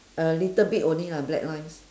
a little bit only lah black lines